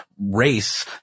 race